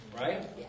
right